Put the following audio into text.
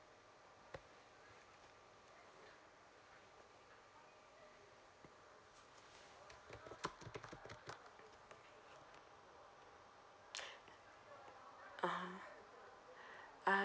ah ah